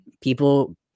people